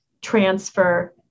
transfer